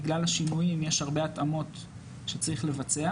בגלל השינויים יש הרבה התאמות שצריך לבצע.